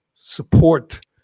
support